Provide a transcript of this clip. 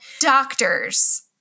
doctors